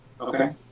Okay